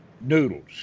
noodles